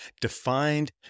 defined